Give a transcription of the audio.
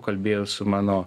kalbėjau su mano